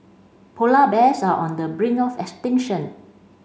polar bears are on the brink of extinction